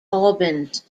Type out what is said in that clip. albans